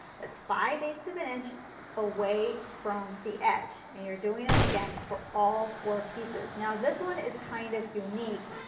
that's five-eighths of an inch away from the edge, and you're doing it again for all four pieces. now this one is kind of unique,